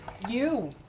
you!